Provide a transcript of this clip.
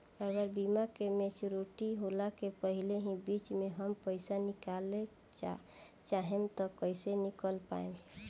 अगर बीमा के मेचूरिटि होला के पहिले ही बीच मे हम पईसा निकाले चाहेम त कइसे निकाल पायेम?